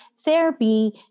therapy